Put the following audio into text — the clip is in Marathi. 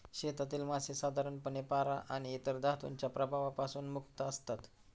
शेतातील मासे साधारणपणे पारा आणि इतर धातूंच्या प्रभावापासून मुक्त असतात